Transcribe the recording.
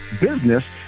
business